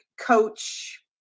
coach